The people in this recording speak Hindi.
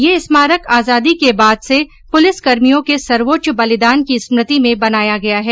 यह स्मारक आजादी के बाद से पुलिसकर्मियों के सर्वोच्च बलिदान की स्मृति में बनाया गया है